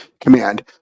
command